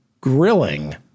grilling